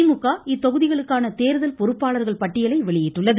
திமுக இத்தொகுதிகளுக்கான தேர்தல் பொறுப்பாளர்கள் பட்டியலை வெளியிட்டுள்ளது